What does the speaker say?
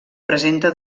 presenta